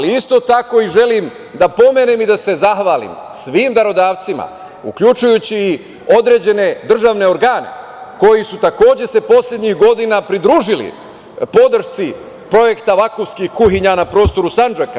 Isto tako, želim da pomenem i da se zahvalim svim darodavcima, uključujući određene državne organe koji su se takođe poslednjih godina pridružili podršci projekta „Vakufskih kuhinja“ na prostoru Sandžaka.